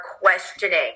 questioning